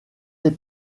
des